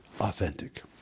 Authentic